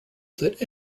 that